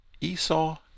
Esau